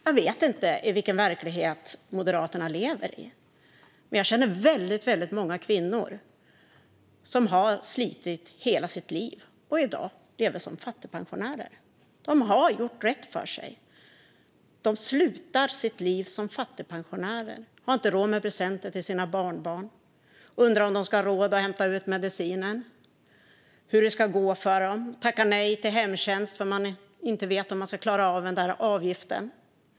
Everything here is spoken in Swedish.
Jag vet inte i vilken verklighet Moderaterna lever, men jag känner väldigt många kvinnor som har slitit hela sitt liv och i dag lever som fattigpensionärer. De har gjort rätt för sig, men de slutar sitt liv som fattigpensionärer. De har inte råd med presenter till sina barnbarn, de undrar om de ska ha råd att hämta ut medicinen och de tackar nej till hemtjänst för att de inte vet om de klarar avgiften.